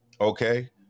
Okay